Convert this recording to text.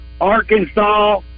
Arkansas